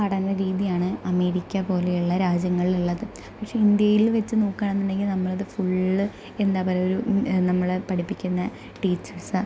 പഠന രീതിയാണ് അമേരിക്ക പോലെയുള്ള രാജ്യങ്ങളിൽ ഉള്ളത് പക്ഷേ ഇന്ത്യയിൽ വെച്ച് നോക്കുവാണെന്നുണ്ടെങ്കിൽ ഫുൾ എന്താണ് പറയുക ഒരു നമ്മളെ പഠിപ്പിക്കുന്ന ടീച്ചേഴ്സ്